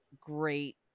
great